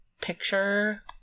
picture